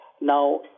Now